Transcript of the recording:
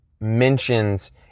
mentions